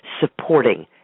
supporting